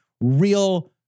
real